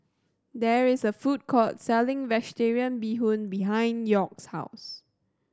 there is a food court selling Vegetarian Bee Hoon behind York's house